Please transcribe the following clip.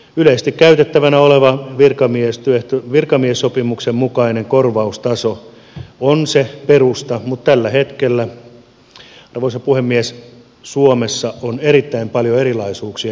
yleisesti käytettävänä oleva virkamiessopimuksen mukainen korvaustaso on se perusta mutta tällä hetkellä arvoisa puhemies suomessa on erittäin paljon erilaisuuksia työehtosopimuksissa